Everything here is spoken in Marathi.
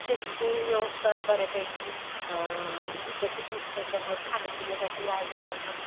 शेतीचे व्यवस्था बऱ्यापैकी विकसित नव्हती त्याच्यामुळं खाण्यापिण्यासाठी आई बापांना